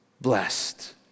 blessed